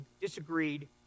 disagreed